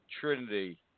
trinity